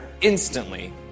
instantly